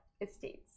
Estates